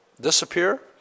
disappear